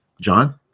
John